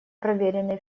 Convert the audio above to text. проверенные